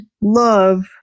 love